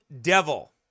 devil